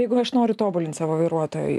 jeigu aš noriu tobulint savo vairuotojo